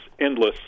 endless